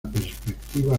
perspectiva